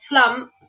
slump